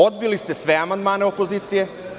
Odbili ste sve amandmane opozicije.